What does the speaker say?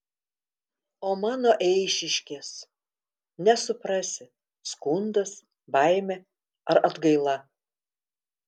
o mano eišiškės nesuprasi skundas baimė ar atgaila